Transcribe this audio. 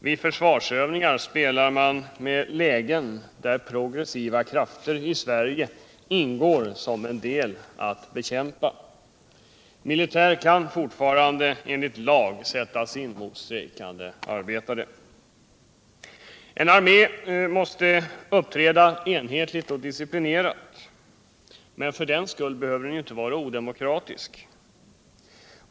Vid försvarsövningar spelar man med lägen där progressiva krafter i Sverige ingår som en del att bekämpa. Militär kan fortfarande enligt lag sättas in mot strejkande arbetare. En armé måste uppträda enhetligt och disciplinerat. För den skull behöver den inte vara odemokratisk.